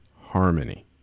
harmony